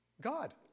God